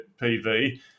PV